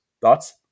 Thoughts